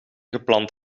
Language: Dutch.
gepland